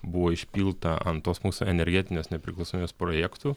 buvo išpilta ant tos mūsų energetinės nepriklausomybės projektų